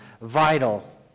vital